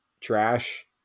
trash